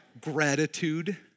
Gratitude